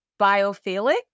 biophilic